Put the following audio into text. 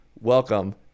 welcome